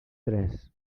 tres